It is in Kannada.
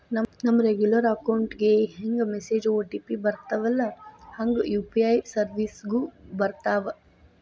ನಮ ರೆಗ್ಯುಲರ್ ಅಕೌಂಟ್ ಗೆ ಹೆಂಗ ಮೆಸೇಜ್ ಒ.ಟಿ.ಪಿ ಬರ್ತ್ತವಲ್ಲ ಹಂಗ ಯು.ಪಿ.ಐ ಸೆರ್ವಿಸ್ಗು ಬರ್ತಾವ